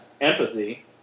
empathy